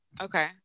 okay